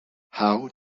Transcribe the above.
how